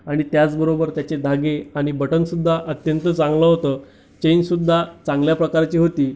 आणि त्याचबरोबर त्याचे धागे आणि बटनसुद्धा अत्यंत चांगलं होतं जिन्ससुद्धा चांगल्या प्रकारची होती